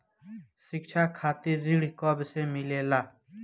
शिक्षा खातिर ऋण कब से मिलेला?